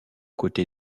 côté